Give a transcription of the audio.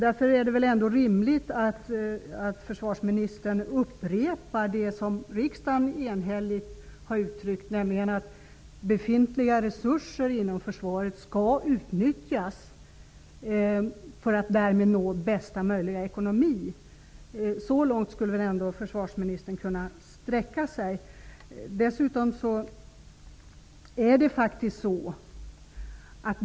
Det är därför rimligt att försvarsministern upprepar det som riksdagen enhälligt har uttryckt, nämligen att befintliga resurser inom Försvaret skall utnyttjas för att därmed nå bästa möjliga ekonomi. Så långt borde ändå försvarsministern kunna sträcka sig.